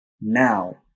Now